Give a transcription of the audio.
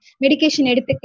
medication